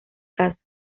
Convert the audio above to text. caso